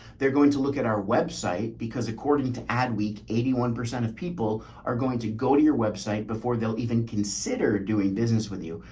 they're going to look at our website because according to ad week, eighty one percent of people are going to go to your website before they'll even consider doing business with you.